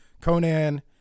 Conan